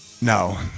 No